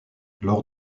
lors